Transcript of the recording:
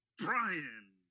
Brian